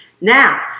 Now